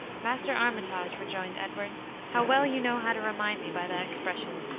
master armitage! rejoined edward how well you know how to remind me, by that expression,